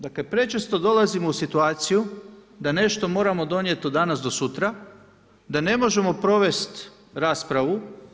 Dakle, prečesto dolazimo u situaciju da nešto moramo donijeti od danas do sutra, da ne možemo provesti raspravu.